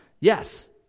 Yes